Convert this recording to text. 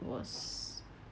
was